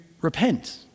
repent